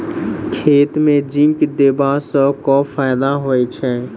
खेत मे जिंक देबा सँ केँ फायदा होइ छैय?